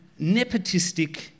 nepotistic